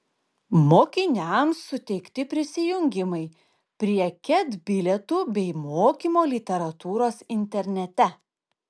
mokiniams suteikti prisijungimai prie ket bilietų bei mokymo literatūros internete